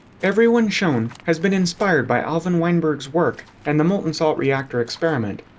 everyone shown has been inspired by alvin weinberg's work, and the molten salt reactor experiment.